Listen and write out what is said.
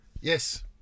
Yes